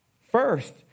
first